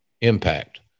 impact